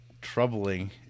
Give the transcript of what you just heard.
troubling